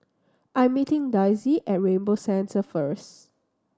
I'm meeting Daisie at Rainbow Centre first